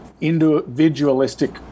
individualistic